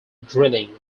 drilling